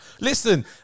Listen